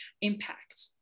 impact